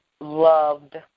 loved